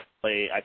play